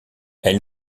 elle